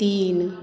तीन